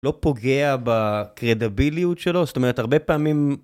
לא פוגע בקרדביליות שלו, זאת אומרת, הרבה פעמים...